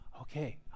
Okay